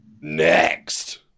Next